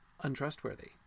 untrustworthy